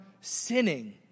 sinning